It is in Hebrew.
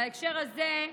בהקשר הזה,